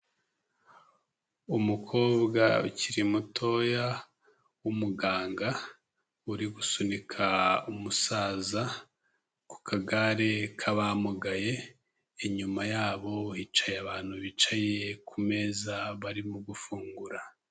Umukobwa ukiri mutoya w'umuganga uri gusunika umusaza ku kagare k'abamugaye, inyuma yabo hicaye abantu bicaye ku meza barimo gufungura.